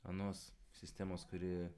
anos sistemos kuri